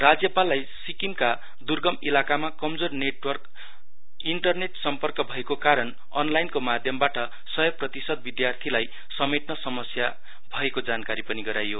राज्यपाललाई सिक्किमका दुर्गम इलाकामा कमजोर इन्टरनेट सम्पर्क भएको कारण अनलाइनको माध्यमबाट सय प्रतिसत विद्यार्थीलाई समेटन समस्या भएको जानकारी पनि गराइयो